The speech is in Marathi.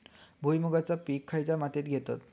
भुईमुगाचा पीक खयच्या मातीत घेतत?